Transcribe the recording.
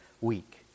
week